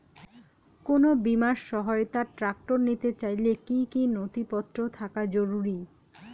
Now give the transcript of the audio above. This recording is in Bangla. কোন বিমার সহায়তায় ট্রাক্টর নিতে চাইলে কী কী নথিপত্র থাকা জরুরি?